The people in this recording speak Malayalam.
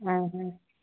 ആ ഹ